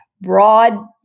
broad